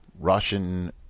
Russian